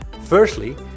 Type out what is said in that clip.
Firstly